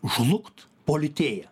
žlugt politėja